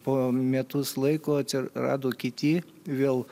po metus laiko atsirado kiti vėl